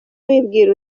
wibwira